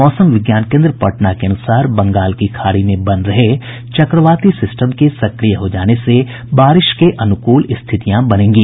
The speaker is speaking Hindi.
मौसम विज्ञान केंद्र पटना के अनुसार बंगाल की खाड़ी में बन रहे चक्रवाती सिस्टम के सक्रिय हो जाने से बारिश के अनुकूल स्थितियां बनेंगी